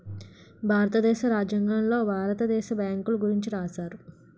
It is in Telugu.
భారతదేశ రాజ్యాంగంలో భారత దేశ బ్యాంకుల గురించి రాశారు